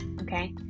okay